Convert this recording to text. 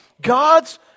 God's